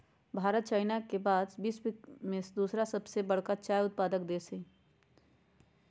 Bharat China के बाद विश्व में दूसरा सबसे बड़का चाय उत्पादक देश हई